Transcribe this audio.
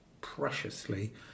preciously